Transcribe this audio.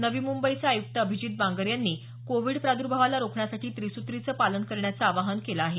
नवी मुंबईचे आयुक्त अभिजीत बांगर यांनी कोविड प्रादर्भावाला रोखण्यासाठी त्रिसुत्रीचं पालन करण्याचं आवाहन केलं आहे